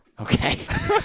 Okay